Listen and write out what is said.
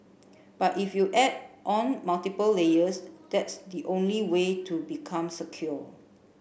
but if you add on multiple layers that's the only way to become secure